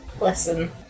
Listen